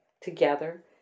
together